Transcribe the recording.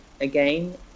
again